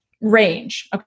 range